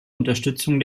unterstützung